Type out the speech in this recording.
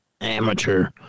amateur